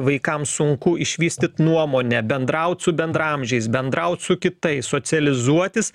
vaikams sunku išvystyt nuomonę bendraut su bendraamžiais bendraut su kitais socializuotis